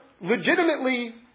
legitimately